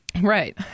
Right